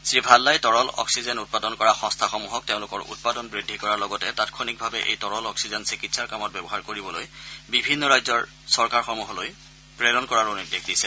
শ্ৰীভাল্লাই তৰল অক্সিজেন উৎপাদন কৰা সংস্থাসমূহক তেওঁলোকৰ উৎপাদন বৃদ্ধি কৰাৰ লগতে তাৎক্ষণিকভাৱে এই তৰল অক্সিজেন চিকিৎসাৰ কামত ব্যৱহাৰ কৰিবলৈ বিভিন্ন ৰাজ্যৰ চৰকাৰসমূহলৈ প্ৰেৰণ কৰাৰো নিৰ্দেশ দিছে